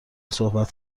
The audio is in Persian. صحبت